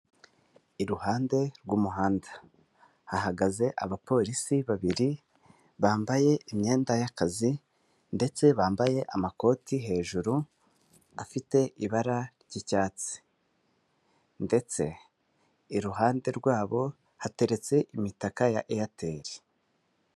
Iruhande rw'umuhanda hahagaze abapolisi babiri bambaye imyenda y'akazi ndetse bambaye amakoti hejuru afite ibara ry'icyatsi ndetse iruhande rwabo hateretse imitaka ya eyateli.